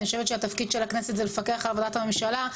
אני חושבת שהתפקיד של הכנסת זה לפקח על עבודת הממשלה,